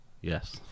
Yes